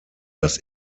das